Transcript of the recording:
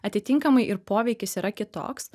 atitinkamai ir poveikis yra kitoks